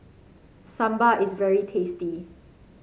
Sambar is very tasty